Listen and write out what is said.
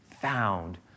found